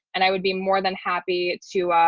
and i would be more than happy to,